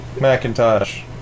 Macintosh